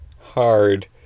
hard